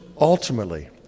ultimately